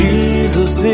Jesus